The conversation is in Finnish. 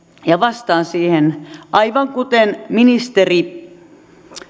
ja vastaan siihen aivan kuten ministeri